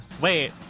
Wait